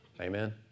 Amen